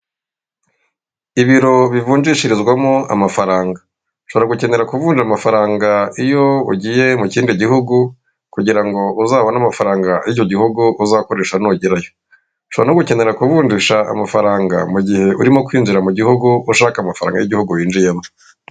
Ibiro bivunjishirizwamo amafaranga, ushobora gukenera kuvunja amafaranga iyo ugiye mu kindi gihugu, kugirango uzabone amafaranga y'icyo gihugu uzakoresha nugerayo, ushobora no gukenera ku kuvunjisha amafaranga mugihe urimo kwinjira mu gihugu ushaka amafaranga y'igihugu winjiyemo.